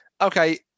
Okay